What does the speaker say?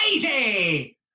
crazy